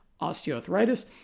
osteoarthritis